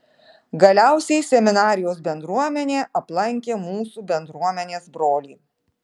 galiausiai seminarijos bendruomenė aplankė mūsų bendruomenės brolį